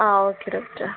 ആ okay doctor